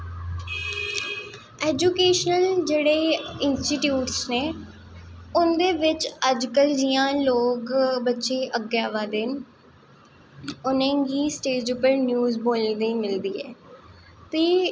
educational जेह्ड़े institutes नै ओह्दे बिच्च अज्ज कल लोग जियां अग्गैं अवा दे न उनेंगी स्टेज उप्पर न्यूज़ बोलनें तांई मिलदी ऐ ते